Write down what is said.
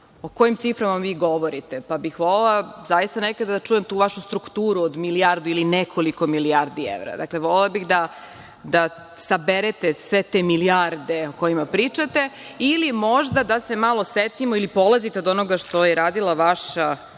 o kojim ciframa vi govorite, pa bih volela zaista nekada da čujem tu vašu strukturu od milijardu ili nekoliko milijardi evra. Dakle, volela bih da saberete sve te milijarde o kojima pričate ili možda da se malo setimo ili polazite od onoga što je radila vaša